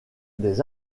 des